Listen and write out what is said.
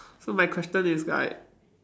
so my question is right